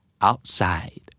Outside